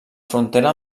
frontera